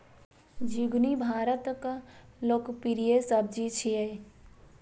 झिंगुनी भारतक लोकप्रिय सब्जी छियै